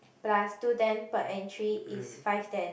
plus two ten per entry is five ten